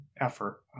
effort